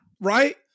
right